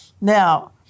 Now